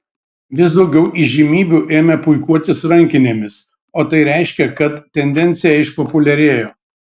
vis daugiau įžymybių ėmė puikuotis rankinėmis o tai reiškė kad tendencija išpopuliarėjo